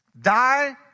die